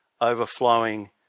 overflowing